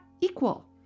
equal